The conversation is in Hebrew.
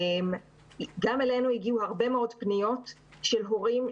גם אלינו הגיעו הרבה מאוד פניות של הורים,